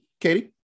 Katie